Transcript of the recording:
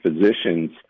physicians